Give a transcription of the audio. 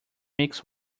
mix